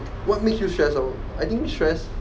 what makes you stress hor I think stress